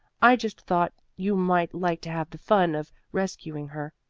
i just thought you might like to have the fun of rescuing her,